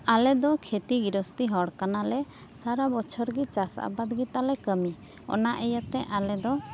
ᱟᱞᱮ ᱫᱚ ᱠᱷᱮᱛᱤ ᱜᱤᱨᱚᱥᱛᱷᱤ ᱦᱚᱲ ᱠᱟᱱᱟ ᱞᱮ ᱥᱟᱨᱟ ᱵᱚᱪᱷᱚᱨ ᱜᱮ ᱪᱟᱥ ᱟᱵᱟᱫ ᱜᱮᱛᱟᱞᱮ ᱠᱟᱹᱢᱤ ᱚᱱᱟ ᱤᱭᱟᱹ ᱛᱮ ᱟᱞᱮ ᱫᱚ